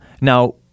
Now